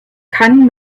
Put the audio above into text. kann